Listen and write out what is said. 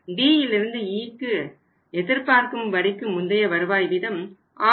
Dயிலிருந்து Eக்கு எதிர்பார்க்கும் வரிக்கு முந்தைய வருவாய் வீதம் 6